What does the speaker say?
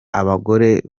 abagore